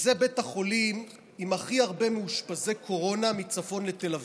שזה בית החולים עם הכי הרבה מאושפזי קורונה מצפון לתל אביב.